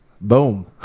boom